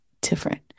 different